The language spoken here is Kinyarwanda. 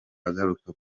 agaruka